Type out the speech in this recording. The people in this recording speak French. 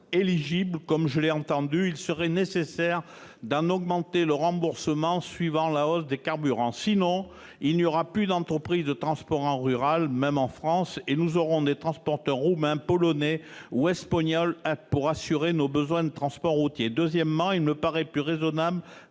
comme je l'ai entendu, mais d'une augmentation de son remboursement suivant la hausse des carburants. Sinon, il n'y aura plus d'entreprises de transport en milieu rural, même en France, et nous aurons des transporteurs roumains, polonais ou espagnols pour assurer nos besoins de transport routier. Par ailleurs, il me paraît plus raisonnable